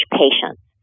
patients